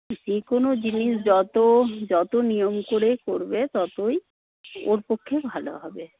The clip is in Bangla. যে কোনও জিনিস যত যত নিয়ম করে করবে ততই ওর পক্ষে ভালো হবে